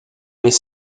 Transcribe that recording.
les